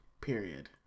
Period